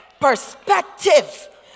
perspective